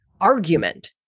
argument